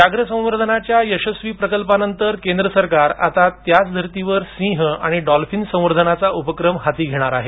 व्याघ्र संवर्धनाच्या यशस्वी प्रकल्पा नंतर केंद्र सरकार आता त्याच धर्तीवर सिंह आणि डॉल्फिन संवर्धन उपक्रम हाती घेणार आहे